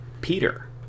Peter